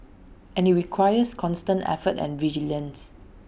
and IT requires constant effort and vigilance